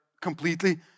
completely